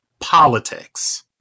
politics